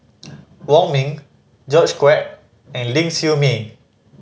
Wong Ming George Quek and Ling Siew May